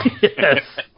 yes